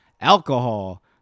alcohol